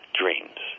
dreams